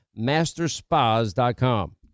masterspas.com